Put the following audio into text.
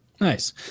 Nice